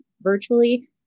virtually